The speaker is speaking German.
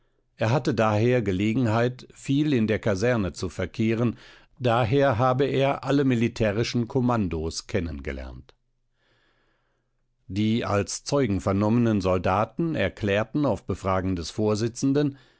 er hatte daher gelegenheit viel in der kaserne zu verkehren dadurch habe er alle militärischen kommandos kennengelernt die als zeugen vernommenen soldaten erklärten auf befragen des vorsitzenden